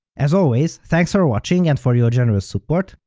as always thanks for watching and for your generous support,